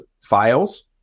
files